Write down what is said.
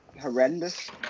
horrendous